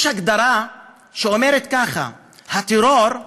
יש הגדרה שאומרת ככה: הטרור הוא